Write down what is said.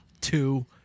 two